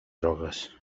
drogues